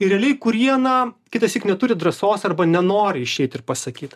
ir realiai kurie na kitąsyk neturi drąsos arba nenori išeit ir pasakyt